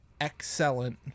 Excellent